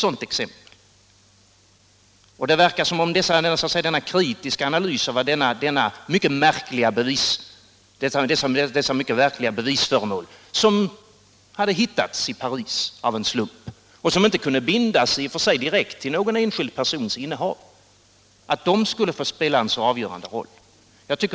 Det verkar vid en kritisk analys av dessa mycket märkliga bevisföremål, som hade hittats i Paris av en slump och som i och för sig inte kunde bindas direkt till någon enskild persons innehav, inte befogat att de skulle få spela en så avgörande roll.